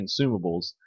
consumables